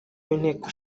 w’inteko